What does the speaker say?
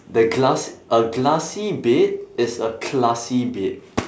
the glass a glassy bed is a classy bed